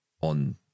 on